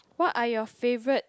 what are your favourite